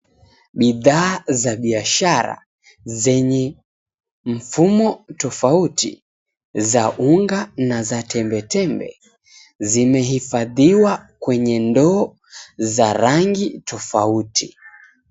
Bidhaa za biashara zenye mfumo tofauti za unga na tembe tembe zimehifadhiwa kwenye ndoo za rangi tofauti.